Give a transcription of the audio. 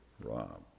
Rob